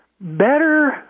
better